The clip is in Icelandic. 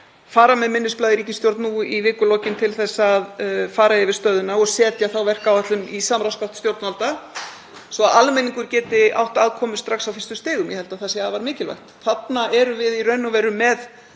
fara með minnisblað í ríkisstjórn nú í vikulokin til að fara yfir stöðuna og setja þá verkáætlun í samráðsgátt stjórnvalda svo að almenningur geti átt aðkomu strax á fyrstu stigum. Ég held að það sé afar mikilvægt. Þarna erum við í raun og veru með